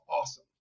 awesome